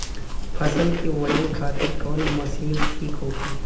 फसल के वजन खातिर कवन मशीन ठीक होखि?